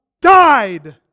died